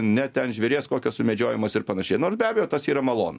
ne ten žvėries kokio sumedžiojimas ir panašiai nors be abejo tas yra malonu